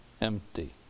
empty